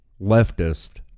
leftist